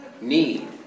need